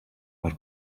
but